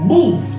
Move